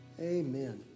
Amen